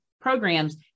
programs